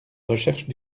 recherche